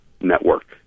Network